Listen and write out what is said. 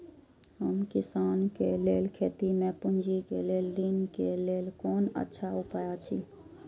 हम किसानके लेल खेती में पुंजी के लेल ऋण के लेल कोन अच्छा उपाय अछि?